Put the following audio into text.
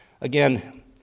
Again